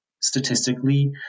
statistically